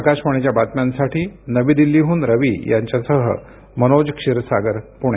आकाशवाणीच्या बातम्यांसाठी नवी दिल्लीहून रवी यांच्यासह मनोज क्षीरसागर पुणे